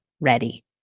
ready